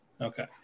Okay